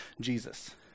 Jesus